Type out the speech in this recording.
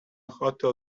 hotel